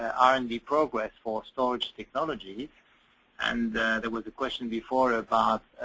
r and d progress for storage technology and there was a question before about